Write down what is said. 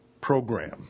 program